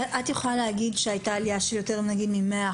את יכולה להגיד שהייתה עלייה של יותר מ-100%